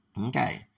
Okay